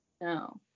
No